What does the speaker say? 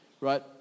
right